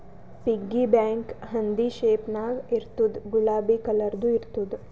piggy bank ಹಂದಿ shape ನಾಗ್ ಇರ್ತುದ್ ಗುಲಾಬಿ ಕಲರ್ದು ಇರ್ತುದ್